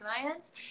clients